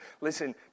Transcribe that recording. Listen